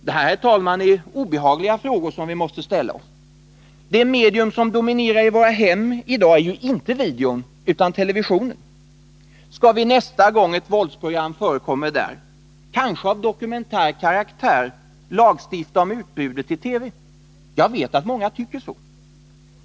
Detta är, herr talman, obehagliga frågor som vi måste ställa oss. Det medium som dominerar i våra hem i dag är inte videon utan televisionen. Skall vi nästa gång ett våldsprogram förekommer där — kanske av dokumentär karaktär — lagstifta om utbudet i TV? Jag vet att många tycker så.